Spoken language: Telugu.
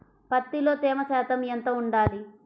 పత్తిలో తేమ శాతం ఎంత ఉండాలి?